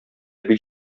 бик